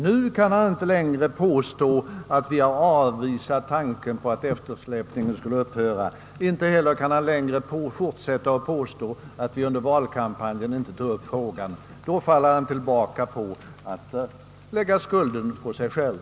Nu kan han inte längre påstå att vi har avvisat tanken på att eftersläpningen skulle upphöra. Inte heller kan han fortsätta att påstå att vi under valkampanjen inte tog upp frågan. Då faller han tillbaka på att lägga skulden på sig själv.